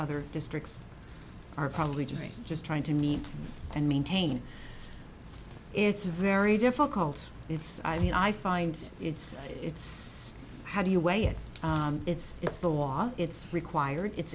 other districts are probably just just trying to meet and maintain it's very difficult it's i mean i find it's it's how do you weigh it it's it's the law it's required it's